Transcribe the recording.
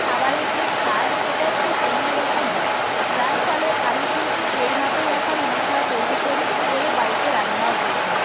খাবারের যে স্বাদ সেটা একটু অন্য রকম হয় যার ফলে আমি কিন্তু এইভাবেই এখন মশলা তৈরি করি করে বাড়িতে রান্নাও করে থাকি